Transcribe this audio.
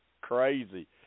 crazy